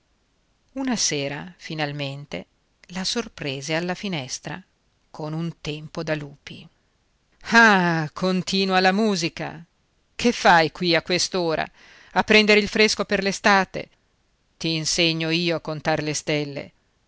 una sera finalmente la sorprese alla finestra con un tempo da lupi ah continua la musica che fai qui a quest'ora a prendere il fresco per l'estate t'insegno io a contar le stelle